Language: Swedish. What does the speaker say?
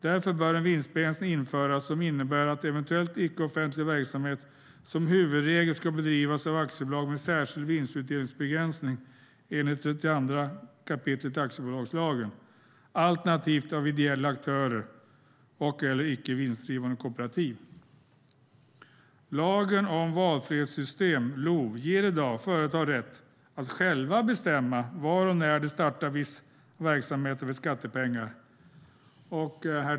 Därför bör en vinstbegränsning införas som innebär att eventuell icke-offentlig verksamhet som huvudregel ska bedrivas av aktiebolag med särskild vinstutdelningsbegränsning enligt 32 kap. aktiebolagslagen, alternativt av ideella aktörer och/eller icke vinstdrivande kooperativ. Lagen om valfrihetssystem, LOV, ger i dag företag rätt att själva bestämma var och när de startar vissa verksamheter för skattepengar.